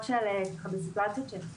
ואיך היא קורית.